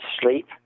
sleep